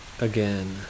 again